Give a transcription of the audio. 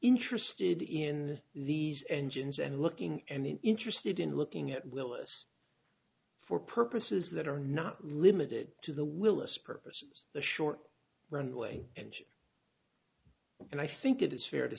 interested in these engines and looking and interested in looking at willis for purposes that are not limited to the willis purposes the short runway engine and i think it is fair to